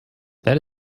that